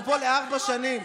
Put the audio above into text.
אנחנו פה לארבע שנים,